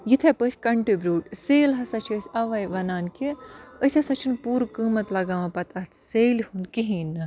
یِتھَے پٲٹھۍ contribute sale ہَسا چھِ أسۍ اَوَے وَنان کہِ أسۍ ہَسا چھِنہٕ پوٗرٕ قۭمَتھ لَگاوان پَتہٕ اَتھ سیلہِ ہُنٛد کِہیٖنۍ نہٕ